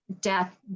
death